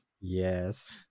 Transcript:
yes